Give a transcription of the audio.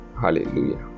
Hallelujah